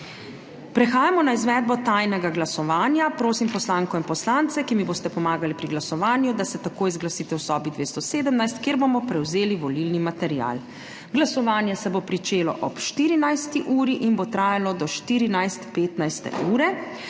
Prehajamo na izvedbo tajnega glasovanja. Prosim poslanko in poslance, ki mi boste pomagali pri glasovanju, da se takoj zglasite v sobi 217, kjer bomo prevzeli volilni material. Glasovanje se bo pričeloob 14. uri in bo trajalo do 14.15.